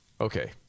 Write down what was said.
Okay